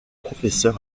professeur